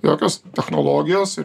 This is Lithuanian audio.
jokios technologijos ir